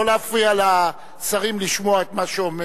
לא להפריע לשרים לשמוע את מה שאומרים.